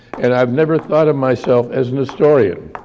and i've never thought of myself as a historian.